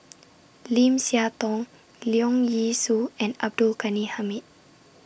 Lim Siah Tong Leong Yee Soo and Abdul Ghani Hamid